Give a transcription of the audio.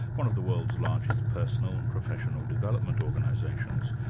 one of the world's largest personal and professional development organisations.